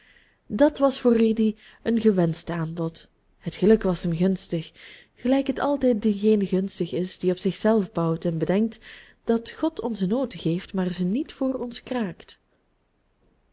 dat was voor rudy een gewenscht aanbod het geluk was hem gunstig gelijk het altijd dengene gunstig is die op zich zelf bouwt en bedenkt dat god ons de noten geeft maar ze niet voor ons kraakt